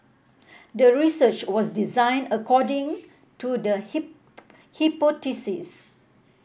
the research was designed according to the hypothesis